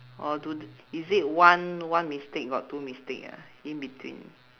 or do t~ is it one one mistake got two mistake ah in between